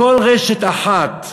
כל רשת אחת שנפתחת,